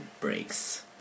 breaks